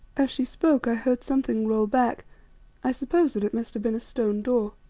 as she spoke i heard something roll back i suppose that it must have been a stone door.